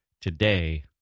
today